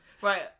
Right